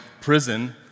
prison